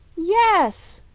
yes!